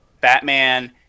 Batman